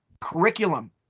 curriculum